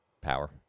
power